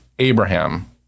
abraham